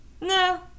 no